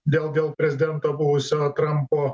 dėl dėl prezidento buvusio trampo